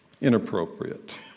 inappropriate